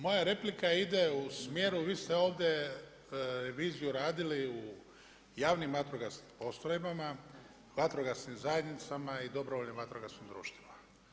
Moja replika ide u smjeru, vi ste ovdje reviziju radili u javnim vatrogasnim postrojbama, vatrogasnim zajednicama i dobrovoljnim vatrogasnim društvima.